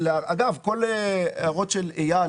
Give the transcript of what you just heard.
אגב, כל ההערות של אייל